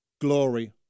glory